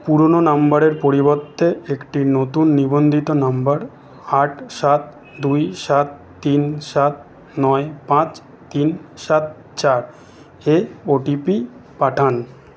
পুরনো নম্বরের পরিবর্তে একটি নতুন নিবন্ধিত নম্বর আট সাত দুই সাত তিন সাত নয় পাঁচ তিন সাত চারে ওটিপি পাঠান